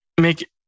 make